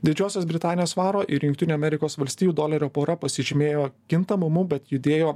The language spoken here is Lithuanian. didžiosios britanijos svaro ir jungtinių amerikos valstijų dolerio pora pasižymėjo kintamumu bet judėjo